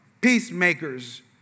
peacemakers